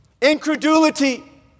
Incredulity